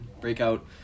breakout